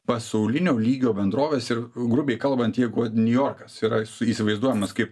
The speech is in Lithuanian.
pasaulinio lygio bendroves ir grubiai kalbant jeigu vat niujorkas yra įsivaizduojamas kaip